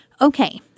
Okay